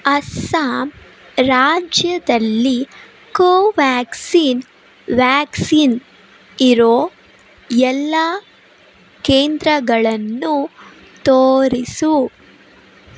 ಅಸ್ಸಾಂ ರಾಜ್ಯದಲ್ಲಿ Covaxin vaccine ಇರೋ ಎಲ್ಲ ಕೇಂದ್ರಗಳನ್ನೂ ತೋರಿಸು